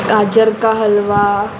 गाजर का हलवा